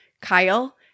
Kyle